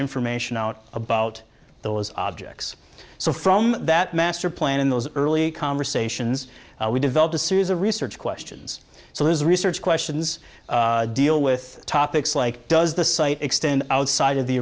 information out about those objects so from that master plan in those early conversations we developed a series of research questions so there's research questions deal with topics like does the site extend outside of the